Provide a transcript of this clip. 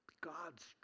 God's